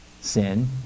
sin